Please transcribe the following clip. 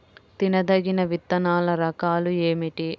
తినదగిన విత్తనాల రకాలు ఏమిటి?